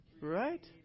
right